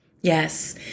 Yes